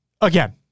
again